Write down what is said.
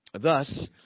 Thus